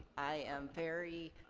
i am very,